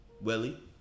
willie